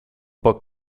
book